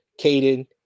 Caden